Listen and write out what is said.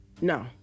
no